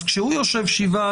אז כשהוא יושב שבעה,